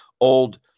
old